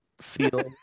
sealed